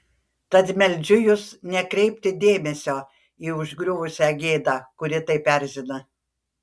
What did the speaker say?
tad meldžiu jus nekreipti dėmesio į užgriuvusią gėdą kuri taip erzina